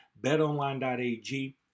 BetOnline.ag